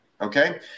okay